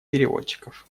переводчиков